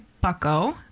Bucko